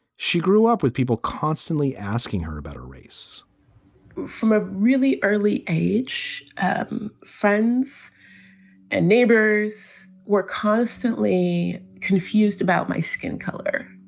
she grew up with people constantly asking her about her race from a really early age um friends and neighbors were constantly confused about my skin color.